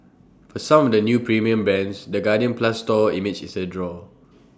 for some of the new premium brands the guardian plus store image is A draw